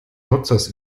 nutzers